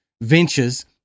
ventures